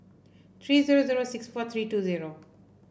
three zero zero six four three two zero